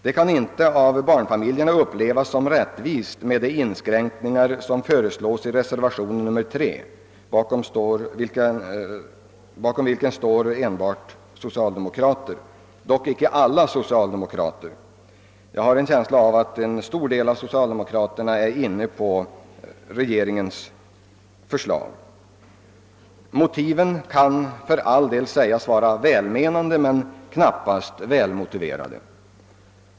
Barnfamiljerna kan inte uppleva det som rättvist med de inskränkningar som föreslås i reservationen 3, bakom vilken står enbart socialdemokrater — dock inte alla socialdemokratiska ledamöter i utskottet; jag har en känsla av att en stor del av socialdemokraterna härvidlag går på regeringens förslag. Motiven för dessa inskränkningar kan för all del sägas vara välmenande men knappast välmotiverade.